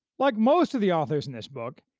like most of the authors in this book,